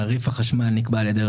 מה שאופיר כץ שואל.